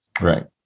Right